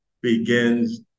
begins